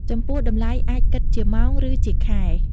ចំពោះតម្លៃអាចគិតជាម៉ោង រឺជាខែ។